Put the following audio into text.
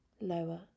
lower